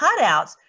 cutouts